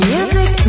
Music